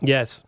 Yes